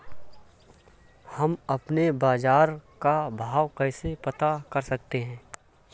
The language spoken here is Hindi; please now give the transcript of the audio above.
हम अपने बाजार का भाव कैसे पता कर सकते है?